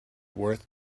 worth